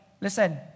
listen